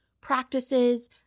practices